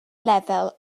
lefel